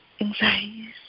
anxiety